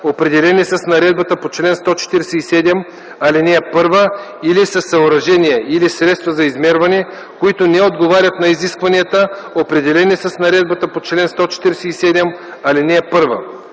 определени с наредбата по чл. 147, ал. 1, или със съоръжения или средства за измерване, които не отговарят на изискванията, определени с наредбата по чл. 147, ал. 1; 2.